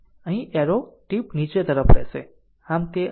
આમ arrow tip નીચેની તરફ રહેશે આમ તે r 0